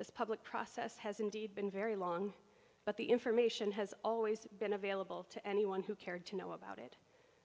this public process has indeed been very long but the information has always been available to anyone who cared to know about it